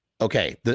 Okay